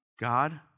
God